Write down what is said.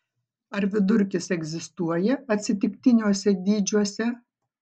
ar vidurkis egzistuoja atsitiktiniuose dydžiuose